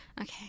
Okay